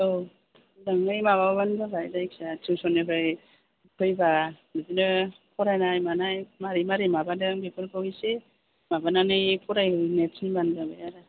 औ मोजाङै माबाबानो जाबाय जायखिडाया थिउसननिफ्राय फैबा बिदिनो फरायनाय मानाय मारै मारै माबादों बेफोरखौ एसे माबानानै फरायनो थिनबानो जाबाय आरो